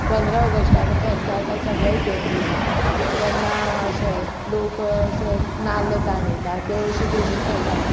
पंदरा ऑगस्टाक फेस्त आतां सगळे इगर्जेनी तेन्ना अशे लोक अशे नाल्ल ताणयता त्यो अश्यो गेमी खेळटा